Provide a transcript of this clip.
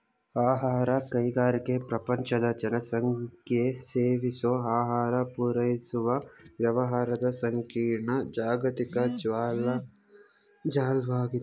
ಆಹಾರ ಕೈಗಾರಿಕೆ ಪ್ರಪಂಚದ ಜನಸಂಖ್ಯೆಸೇವಿಸೋಆಹಾರಪೂರೈಸುವವ್ಯವಹಾರದಸಂಕೀರ್ಣ ಜಾಗತಿಕ ಜಾಲ್ವಾಗಿದೆ